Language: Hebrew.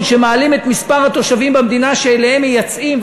שמעלים את מספר התושבים במדינה שאליה מייצאים,